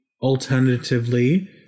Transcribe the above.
alternatively